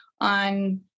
on